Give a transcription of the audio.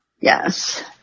Yes